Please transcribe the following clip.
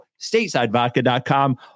statesidevodka.com